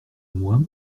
moi